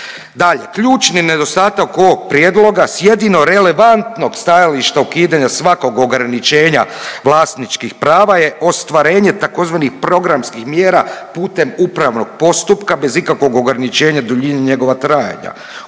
ključni nedostatak ovog prijedloga s jedino relevantnog stajališta ukidanja svakog ograničenja vlasničkih prava je ostvarenje tzv. programskih mjera putem upravnog postupka bez ikakvog ograničenja duljine njegova trajanja.